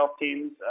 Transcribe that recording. teams